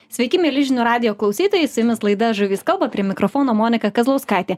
sveiki mieli žinių radijo klausytojai su jumis laida žuvys kalba prie mikrofono monika kazlauskaitė